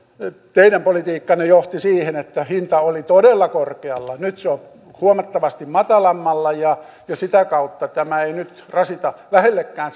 teidän politiikkanne johti siihen että hinta oli todella korkealla nyt se on huomattavasti matalammalla ja ja sitä kautta tämä ei nyt rasita lähellekään